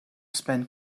spend